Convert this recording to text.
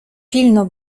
pilno